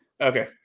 okay